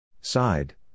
Side